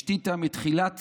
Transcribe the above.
השתיתה מתחילת